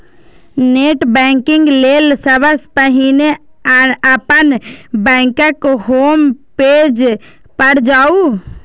net banking लेल सबसं पहिने अपन बैंकक होम पेज पर जाउ